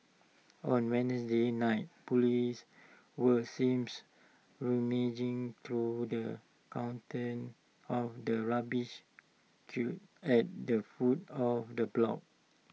on Wednesday night Police were seems rummaging through the contents of the rubbish cute at the foot of the block